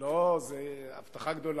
לא, זו הבטחה גדולה.